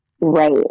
Right